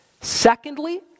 Secondly